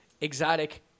exotic